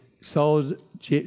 sold